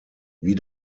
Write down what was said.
wie